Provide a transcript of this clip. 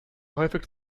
häufig